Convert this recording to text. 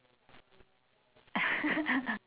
orh okay so will you stay there like